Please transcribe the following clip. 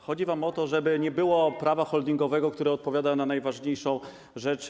Chodzi wam o to, żeby nie było prawa holdingowego, które odpowiada na najważniejszą rzecz?